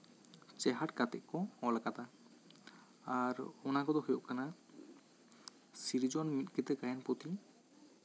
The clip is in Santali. ᱴᱮᱸᱦᱟᱴ ᱠᱟᱛᱮᱫ ᱠᱚ ᱚᱞ ᱟᱠᱟᱫᱟ ᱟᱨ ᱚᱱᱟ ᱠᱚᱫᱚ ᱦᱳᱭᱳᱜ ᱠᱟᱱᱟ ᱥᱤᱨᱡᱚᱱ ᱢᱤᱫ ᱠᱤᱛᱟᱹ ᱜᱟᱭᱟᱱ ᱯᱩᱸᱛᱷᱤ